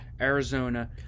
Arizona